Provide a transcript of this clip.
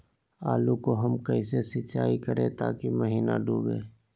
आलू को हम कैसे सिंचाई करे ताकी महिना डूबे?